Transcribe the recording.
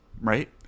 right